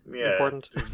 important